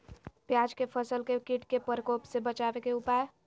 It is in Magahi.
प्याज के फसल के कीट के प्रकोप से बचावे के उपाय?